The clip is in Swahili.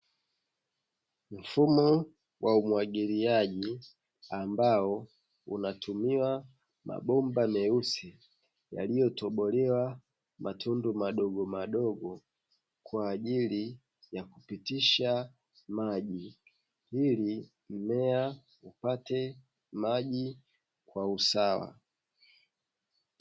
Mfumo wa umwagiliaji ambao unatumia mabomba meusi yaliyotobolewa matundu madogomadogo kwa ajili ya kupitisha maji, ili mimea ipate maji kwa usawa.